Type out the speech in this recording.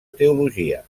teologia